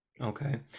Okay